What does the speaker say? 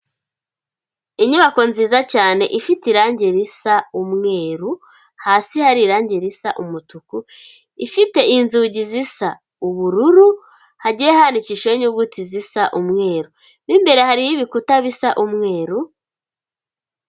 Inyubako nziza cyane ifite irangi risa umweru, hasi hari irangi risa umutuku, ifite inzugi zisa ubururu hagiye handikishijeho inyuguti zisa umweru, mo imbere hariho ibikuta bisa umweru.